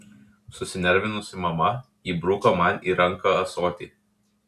susinervinusi mama įbruko man į ranką ąsotį